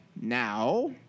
Now